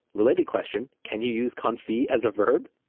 related question, can you use confit as a verb?